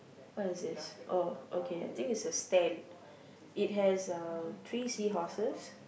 what is this oh okay I think is a stand it has uh three seahorses